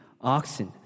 oxen